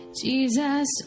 Jesus